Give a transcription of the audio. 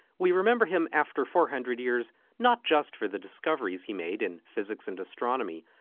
we remember him after four hundred years, not just for the discoveries he made in physics and astronomy,